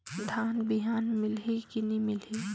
धान बिहान मिलही की नी मिलही?